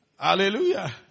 Hallelujah